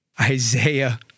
Isaiah